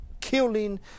killing